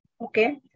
Okay